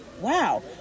wow